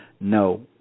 No